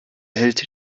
held